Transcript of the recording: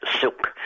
silk